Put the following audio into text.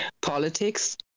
politics